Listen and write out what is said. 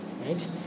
Right